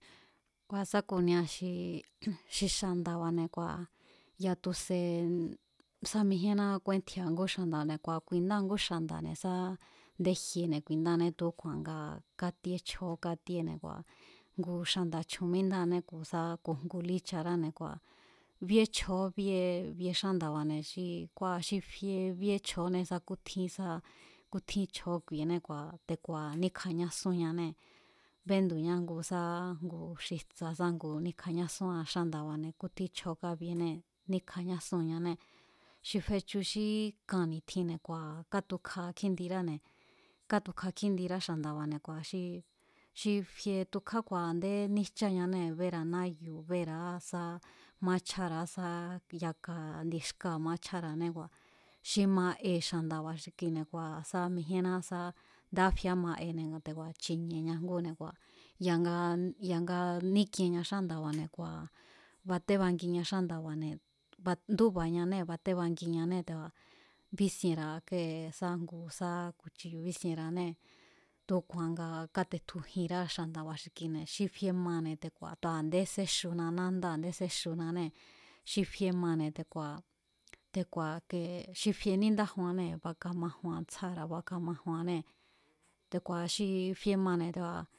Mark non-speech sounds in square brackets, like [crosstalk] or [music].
Kua̱ sá ku̱nia [noise] xi xanda̱ba̱, ya̱a tu̱se̱ sá mijíénná kúéntji̱e̱a ngú xa̱nda̱ne̱ kua̱ ku̱i̱ndá a ngú xa̱nda̱ne̱ sá a̱ndé jiene̱ ku̱indáané tu̱úku̱a̱ nga kátié chjo̱ó kátíéne̱ kua̱ ngu xa̱nda̱ chju̱un míndáane ku̱sá ku̱ ngu lícharáne̱ kua̱, bíe chjo̱ó bie xánda̱ba̱ne̱ xi kua̱ xi fie bíé chjo̱ne sá kútjin sá kútjín chjo̱ó ku̱i̱e̱ené kua̱ te̱ku̱a̱ níkjanásúnñanée̱, bendu̱ña ngu sá xijtsa sá ngu ni̱kjañásuan xánda̱ba̱ne̱ kútjín chjo̱ó kabienée̱ níkjañásúannée̱. Xi fechu xí kan ni̱tjinne̱ kua̱ katukja kjíndiráne̱, kátukja kjíndirá xa̱nda̱ba̱ne̱ kua̱ xi, xi fie tukja ku a̱ndé níjcháñanée̱ béra̱a náyu̱ béra̱á sá maáchjára̱á sá yaka ndi xkáa̱ maáchjára̱ane xi ma'e xa̱nda̱ba̱ xi kine̱ kua̱ sá mijíénná sá ndé a̱fie áma'ene̱ te̱ku̱a̱ chi̱ni̱e̱ña ngúne̱ kua̱ ya̱nga, [noise] ya̱nga ník'ienña xánda̱ba̱ne̱ kua̱ batébangiña xánda̱ba̱ne̱, ndúba̱ñanée̱, batébangiñanée̱ te̱ku̱a̱ bísienra̱a kée sá ngu sa kuchiyu̱ bísienra̱anée̱ tu̱úku̱a̱n nga kátetju jinrá xa̱nda̱ba̱ xi kine̱ xi fie mane̱ te̱ku̱a̱, tu̱a a̱ndé séxuna nándá a̱ndé séxunanée̱ xi fie mane̱ te̱ku̱a̱, te̱ku̱a̱ kee, xi fie níndájuannée̱ bakamajuan ndsjáa̱ra̱ bakamajuannée̱, te̱ku̱a̱ xi fie mane̱, te̱ku̱a̱.